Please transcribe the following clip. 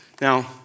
Now